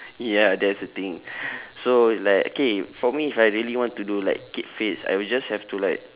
ya that is the thing so it's like okay for me if I really want to do like keep fits I will just have to like